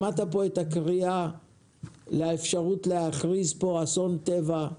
שמעת פה את הקריאה על האפשרות להכריז פה אסון טבע,